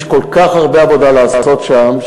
יש כל כך הרבה עבודה לעשות שם,